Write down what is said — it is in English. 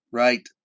right